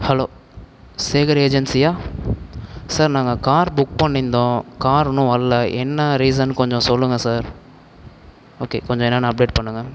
hello Sekar ஏஜென்சியா sir நாங்கள் car book பண்ணியிருந்தோம் கார் இன்னும் வரல என்ன ரீசன் கொஞ்சம் சொல்லுங்கள் சார் ஓகே கொஞ்சம் என்னன்னு அப்டேட் பண்ணுங்கள்